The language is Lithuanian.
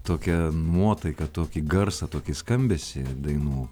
tokią nuotaiką tokį garsą tokį skambesį dainų